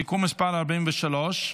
הצעת חוק לשכת עורכי הדין (תיקון מס' 43),